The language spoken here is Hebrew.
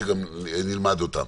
שגם נלמד אותן.